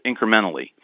incrementally